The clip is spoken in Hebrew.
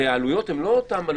הרי העלויות לא זהות.